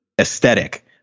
aesthetic